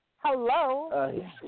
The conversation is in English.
Hello